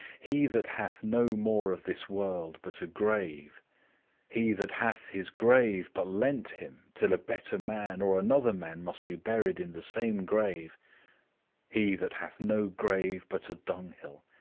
he that hath no more of this world but a grave he that hath his grave but lent him till a better man or another man must be buried in the same grave he that hath no grave but a dunghill,